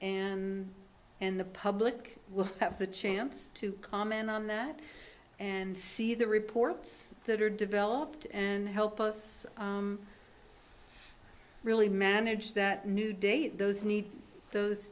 and and the public will have the chance to comment on that and see the reports that are developed and help us really manage that new date those need those